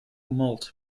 moult